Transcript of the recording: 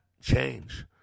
change